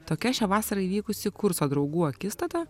tokia šią vasarą įvykusi kurso draugų akistata